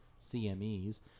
CMEs